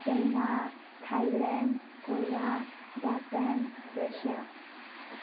China Thailand Korea Japan Russia